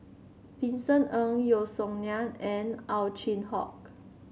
Vincent Ng Yeo Song Nian and Ow Chin Hock